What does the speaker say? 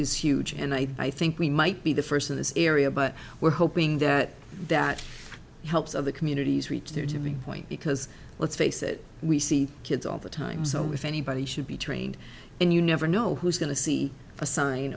is huge and i think we might be the first of this area but we're hoping that that helps other communities reach their to be point because let's face it we see kids all the time so if anybody should be trained and you never know who's going to see a sign